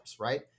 right